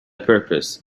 purpose